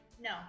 no